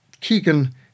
Keegan